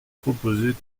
proposées